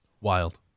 Wild